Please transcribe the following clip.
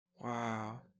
Wow